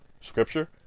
Scripture